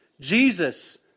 Jesus